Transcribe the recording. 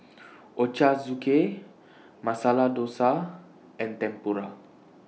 Ochazuke Masala Dosa and Tempura